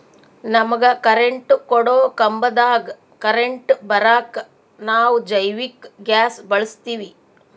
ನಮಗ ಕರೆಂಟ್ ಕೊಡೊ ಕಂಬದಾಗ್ ಕರೆಂಟ್ ಬರಾಕ್ ನಾವ್ ಜೈವಿಕ್ ಗ್ಯಾಸ್ ಬಳಸ್ತೀವಿ